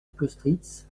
kostritz